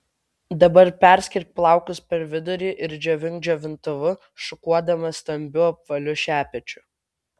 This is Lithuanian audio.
dabar perskirk plaukus per vidurį ir džiovink džiovintuvu šukuodama stambiu apvaliu šepečiu